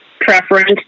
preference